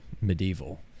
medieval